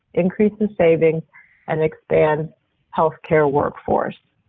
increases savings and expands health care workforce.